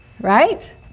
right